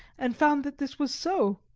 and found that this was so.